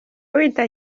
wita